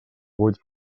vuit